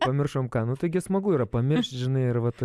pamiršom ką nu taigi smagu yra pamiršt žinai ir vat